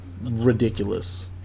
ridiculous